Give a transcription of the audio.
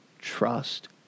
trust